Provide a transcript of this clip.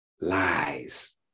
Lies